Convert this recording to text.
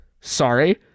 sorry